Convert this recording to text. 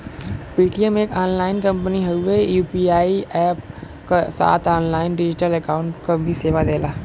Paytm एक online company हउवे ई यू.पी.आई अप्प क साथ ऑनलाइन डिजिटल अकाउंट क भी सेवा देला